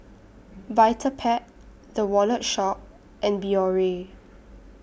Vitapet The Wallet Shop and Biore